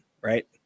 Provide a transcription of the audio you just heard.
right